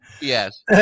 Yes